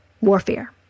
warfare